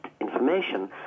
information